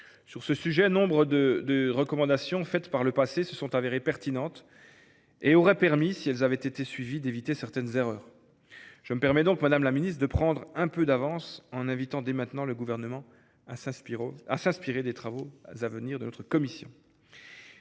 Sur ce sujet, nombre de ses recommandations faites par le passé se sont révélées pertinentes. Elles auraient permis, si elles avaient été suivies, d’éviter certaines erreurs. Je me permets donc, madame la ministre, de prendre un peu d’avance en invitant dès maintenant le Gouvernement à s’inspirer de ses travaux à venir ! D’ici